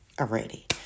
already